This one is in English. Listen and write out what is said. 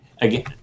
again